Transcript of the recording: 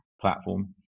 platform